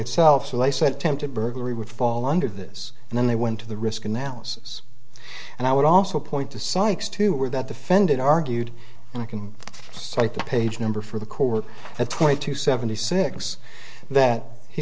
itself so they said tempted burglary would fall under this and then they went to the risk analysis and i would also point to psychs too were that the fended argued and i can cite the page number for the court at twenty two seventy six that he